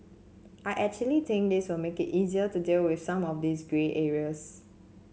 I actually think this will make it easier to deal with some of these grey areas